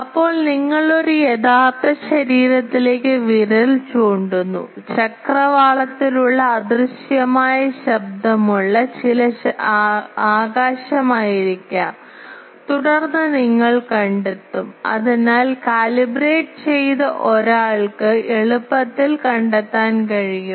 അപ്പോൾ നിങ്ങൾ ഒരു യഥാർത്ഥ ശരീരത്തിലേക്ക് വിരൽ ചൂണ്ടുന്നു ചക്രവാളത്തിലുള്ള അദൃശ്യമായ ശബ്ദമുള്ള ചില ആകാശമായിരിക്കാം തുടർന്ന് നിങ്ങൾ കണ്ടെത്തും അതിനാൽ കാലിബ്രേറ്റ് ചെയ്ത ഒരാൾക്ക് എളുപ്പത്തിൽ കണ്ടെത്താൻ കഴിയും